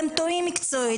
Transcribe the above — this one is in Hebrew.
אז הם טועים מקצועית.